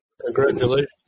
Congratulations